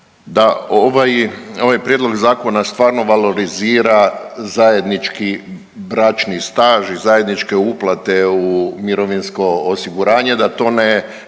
ovaj, ovaj prijedlog zakona stvarno valorizira zajednički bračni staž i zajedničke uplate u mirovinsko osiguranje da to ne